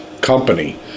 company